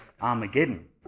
Armageddon